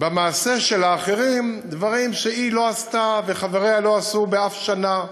במעשה של אחרים דברים שהיא לא עשתה וחבריה לא עשו באף שנה,